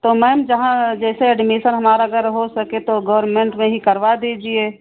तो मैम जहाँ जैसे अड्मिशन हमारा अगर हो सके तो गोरमेंट में ही करवा दीजिए